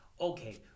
okay